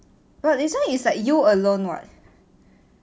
but this one is like you alone [what]